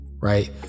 Right